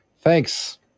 thanks